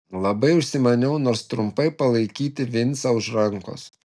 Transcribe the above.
labai užsimaniau nors trumpai palaikyti vincą už rankos